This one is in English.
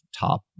top